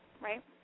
right